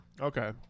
Okay